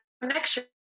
connection